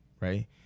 right